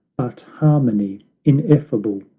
but harmony ineffable,